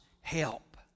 help